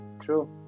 true